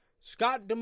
Scott